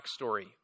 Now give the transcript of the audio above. backstory